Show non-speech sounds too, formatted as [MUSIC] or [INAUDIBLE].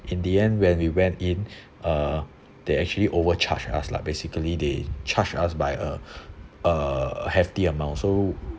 in the end when we went in [BREATH] uh they actually overcharge us lah basically they charge us by a [BREATH] a hefty amount so